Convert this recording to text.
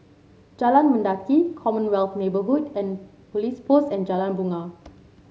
Jalan Mendaki Commonwealth Neighbourhood and Police Post and Jalan Bungar